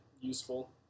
useful